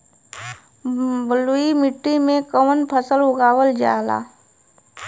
बलुई मिट्टी में कवन फसल उगावल जाला?